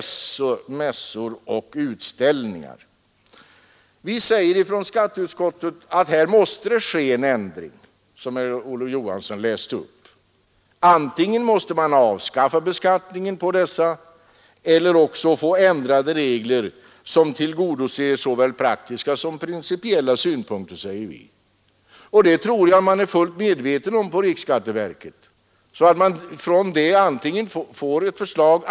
Som herr Olof Johansson läste upp säger vi i skatteutskottet att här måste en ändring ske. Antingen måste man avskaffa beskattningen på dessa eller också måste vi få ändrade regler, som tillgodoser såväl praktiska som principiella synpunkter. Jag tror att man på riksskatteverket är fullt medveten om detta.